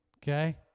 Okay